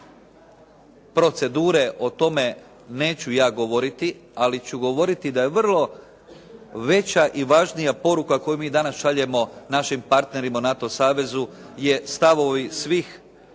procedure, o tome neću govoriti, ali ću govoriti da je vrlo veća i važnija poruka koju mi danas šaljemo našim partnerima u NATO savezu, je stavovi svih